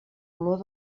olor